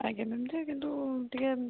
ଆଜ୍ଞା ମ୍ୟାମ୍ ଟିକେ କିନ୍ତୁ ଟିକେ